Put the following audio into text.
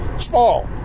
small